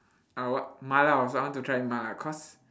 uh what mala also I want to try mala cause